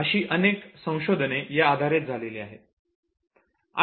अशी अनेक संशोधने या आधारेच झालेली आहे